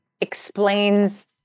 explains